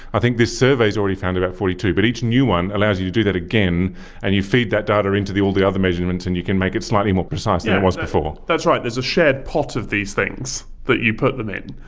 i think this survey has already found about forty two, but each new one allows you to do that again and you feed that data into all the other measurements and you can make it slightly more precise than yeah it was before. that's right, there's a shared pot of these things that you put them in.